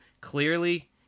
Clearly